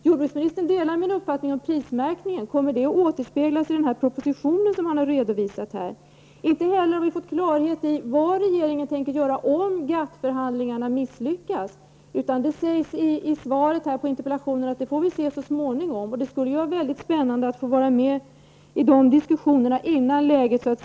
Jordbruksministern delar min uppfattning om prismärkningen. Kommer det att återspeglas i den proposition som han har aviserat? Inte heller har vi fått klarhet i vad regeringen tänker göra om GATT-förhandlingarna misslyckas. I svaret på interpellationen sades att det är något som vi får se så småningom. Det skulle vara mycket spännande att få ta del av de diskussionerna innan läget blir akut.